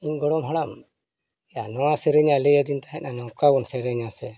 ᱤᱧ ᱜᱚᱲᱚᱢ ᱦᱟᱲᱟᱢ ᱮᱭᱟ ᱱᱚᱣᱟ ᱥᱮᱨᱮᱧᱭᱟᱭ ᱞᱟᱹᱭ ᱟᱹᱫᱤᱧᱟ ᱛᱟᱦᱮᱸᱫ ᱱᱚᱝᱠᱟ ᱵᱚᱱ ᱥᱮᱨᱮᱧᱟ ᱥᱮ